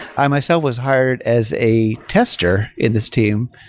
i myself was hired as a tester in this team,